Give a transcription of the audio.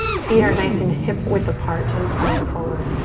feet are nice and hip-width apart, toes pointing forward.